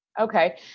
Okay